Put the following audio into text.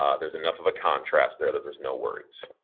ah there's enough of a contrast there that there's no worries.